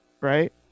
Right